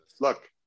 look